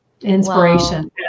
inspiration